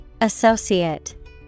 Associate